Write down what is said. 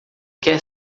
quer